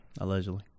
Allegedly